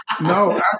No